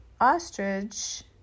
Ostrich